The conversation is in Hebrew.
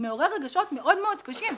שמעורר רגשות מאוד קשים,